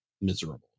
miserable